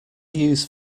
use